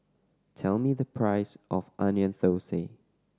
tell me the price of Onion Thosai